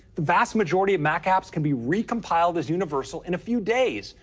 the vast majority of mac apps can be recompiled as universal in a few days,